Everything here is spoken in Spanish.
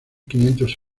quinientos